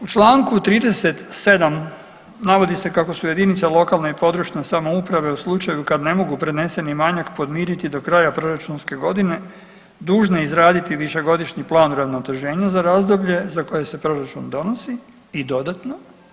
U čl. 37. navodi se kako su jedinice lokalne i područne samouprave u slučaju kada ne mogu preneseni manjak podmiriti do kraja proračunske godine, dužne izraditi višegodišnji plan uravnoteženja za razdoblje za koje se proračun donosi i dodatno.